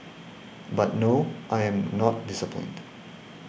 but no I'm not disciplined